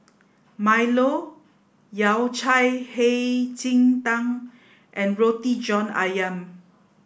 milo yao cai hei ji tang and roti john ayam